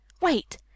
Wait